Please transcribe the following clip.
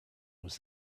was